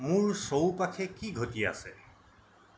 মোৰ চৌপাশে কি ঘটি আছে